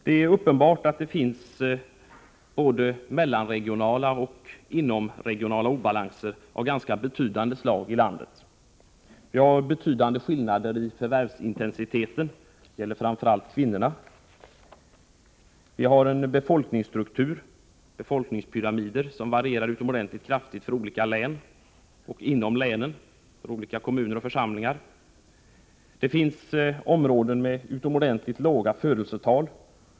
Det är uppenbart att det finns både mellanregionala och inomregionala obalanser av ganska betydande slag i landet. Vi har stora skillnader i förvärvsintensiteten, det gäller framför allt kvinnorna. Vi har en befolkningsstruktur som varierar utomordentligt kraftigt för olika län och även för olika kommuner och församlingar inom länen. Det finns områden med mycket låga födelsetal.